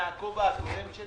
מן הכובע הקודם שלי